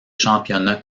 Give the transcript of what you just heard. championnats